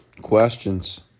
Questions